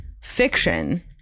fiction